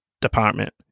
department